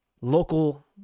local